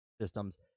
systems